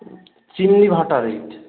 chimney ভাঁটার ইট